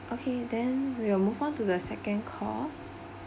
okay then we will move on to the second call